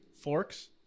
forks